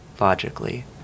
logically